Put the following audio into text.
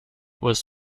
was